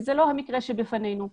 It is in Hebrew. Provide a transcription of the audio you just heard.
וזה לא המקרה שבפנינו.